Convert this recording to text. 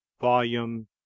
Volume